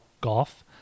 golf